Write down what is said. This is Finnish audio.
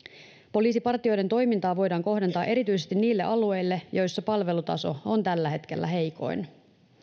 poliisipartioiden toimintaa voidaan kohdentaa erityisesti niille alueille joilla palvelutaso on tällä hetkellä heikoin